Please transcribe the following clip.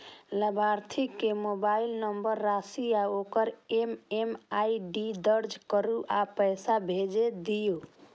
लाभार्थी के mobile number, राशि आ ओकर एम.एम.आई.डी दर्ज करू आ पैसा भेज दियौ